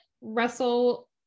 russell